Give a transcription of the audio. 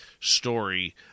story